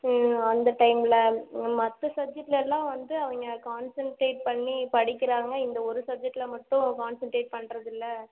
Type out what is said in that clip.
அந்த டைமில் மற்ற சப்ஜெக்ட்லெலாம் வந்து அவங்க கான்சண்ட்ரேட் பண்ணி படிக்கிறாங்க இந்த ஒரு சப்ஜெக்டில் மட்டும் கான்சண்ட்ரேட் பண்றதில்லை